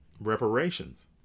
reparations